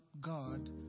God